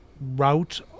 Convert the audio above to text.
route